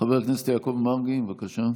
חבר הכנסת יעקב מרגי, בבקשה.